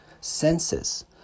senses